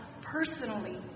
personally